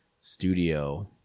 studio